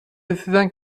رسیدن